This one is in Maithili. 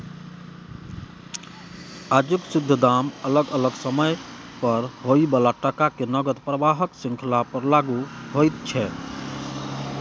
आजुक शुद्ध दाम अलग अलग समय पर होइ बला टका के नकद प्रवाहक श्रृंखला पर लागु होइत छै